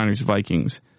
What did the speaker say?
Vikings